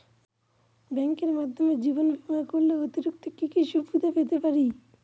ব্যাংকের মাধ্যমে জীবন বীমা করলে কি কি অতিরিক্ত সুবিধে পেতে পারি?